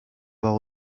avoir